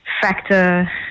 factor